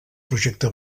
projecte